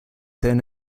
then